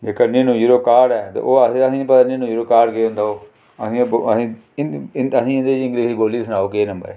जेह्का ऩड़ी नो ज़ीरो काह्ठ ऐ ते ओह् आखदे असेंगी नेईं पता जे नड़ी नो ज़ोरो काह्ठ केह् होंदा ओह् अहें हिंदी च इग्लिश च बोलियै सनाओ केह् नंबर ऐ